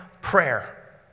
prayer